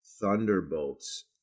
Thunderbolts